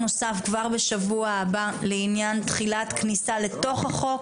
נוסף כבר בשבוע הבא לעניין תחילת כניסה לתוך החוק,